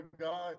God